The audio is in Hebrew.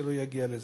ושלא יגיע לזה.